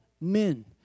men